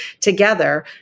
together